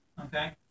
Okay